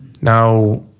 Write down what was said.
Now